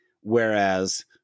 Whereas